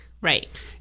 Right